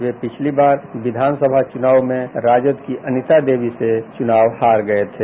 वे पिछली बार विधान सभा चुनाव में राजद की अनिता देवी से चुनाव हार गये थे